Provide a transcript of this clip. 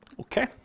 Okay